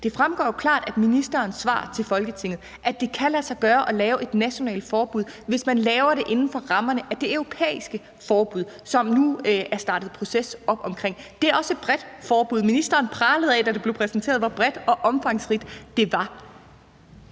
Det fremgår jo klart af ministerens svar til Folketinget, at det kan lade sig gøre at lave et nationalt forbud, hvis man laver det inden for rammerne af det europæiske forbud, som der nu er startet en proces op omkring. Det er også et bredt forbud. Ministeren pralede af, hvor bredt og omfangsrigt det var,